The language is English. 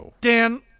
Dan